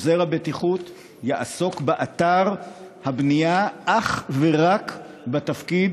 שעוזר הבטיחות יעסוק באתר הבנייה אך ורק בתפקיד